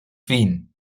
wien